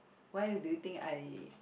why you do you think I